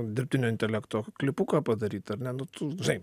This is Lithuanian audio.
dirbtinio intelekto klipuką padaryt ar ne nu tu žinai